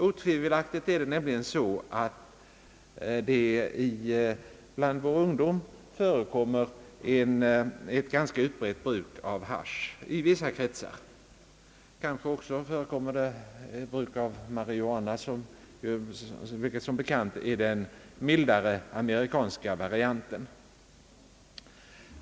Otvivelaktigt förekommer det nämligen bland vår ungdom i vissa kretsar ett ganska utbrett bruk av hasch. Det kanske också förekommer bruk av marijuana, den mildare amerikanska varianten.